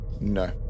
No